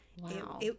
wow